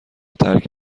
ترک